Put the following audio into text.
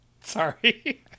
Sorry